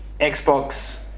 Xbox